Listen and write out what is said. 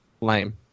lame